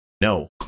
No